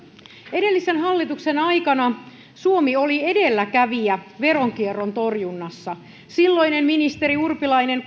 edellisen hallituksen aikana suomi oli edelläkävijä veronkierron torjunnassa silloinen ministeri urpilainen